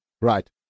Right